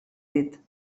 dit